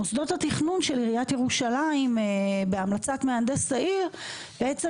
מוסדות התכנון של עיריית ירושלים בהמלצת מהנדס העיר בעצם